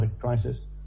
crisis